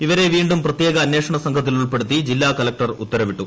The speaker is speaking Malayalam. ഇവരെ വീണ്ടും പ്രത്യേക അന്വേഷണസംഘത്തിൽ ഉൾപ്പെടുത്തി ജില്ലാ കളക്ടർ ഉത്തരവിട്ടു